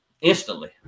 instantly